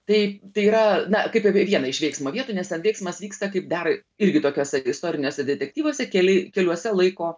taip tai yra na kaip apie vieną iš veiksmo vietų nes ten veiksmas vyksta kaip dar irgi tokiuose istoriniuose detektyvuose keliai keliuose laiko